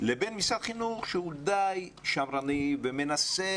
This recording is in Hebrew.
לבין משרד החינוך שהוא די שמרני ומנסה,